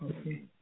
okay